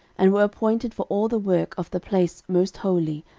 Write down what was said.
and were appointed for all the work of the place most holy,